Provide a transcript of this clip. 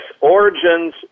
Origins